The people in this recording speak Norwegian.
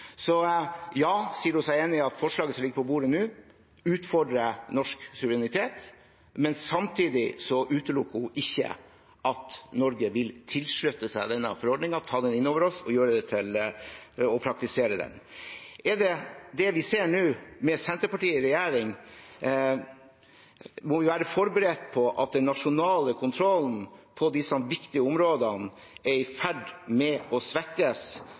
sier hun seg enig i at forslaget som ligger på bordet nå, utfordrer norsk suverenitet, men samtidig utelukker hun ikke at vi i Norge vil tilslutte oss denne forordningen, ta den inn over oss og praktisere den. Må vi med Senterpartiet i regjering nå være forberedt på at den nasjonale kontrollen på disse viktige områdene er i ferd med å svekkes,